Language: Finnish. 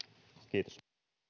kiitos